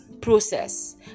process